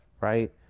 right